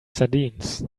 sardines